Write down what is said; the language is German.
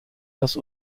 das